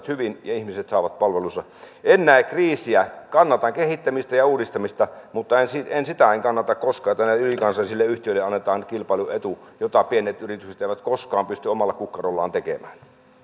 hyvin ja ihmiset saavat palvelunsa en näe kriisiä kannatan kehittämistä ja uudistamista mutta sitä en kannata koskaan että näille ylikansallisille yhtiöille annetaan kilpailuetu jota pienet yritykset eivät koskaan pysty omalla kukkarollaan